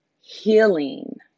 healing